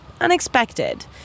unexpected